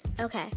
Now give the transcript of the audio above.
Okay